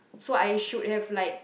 so I should have like